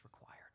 required